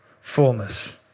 fullness